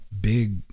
big